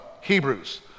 Hebrews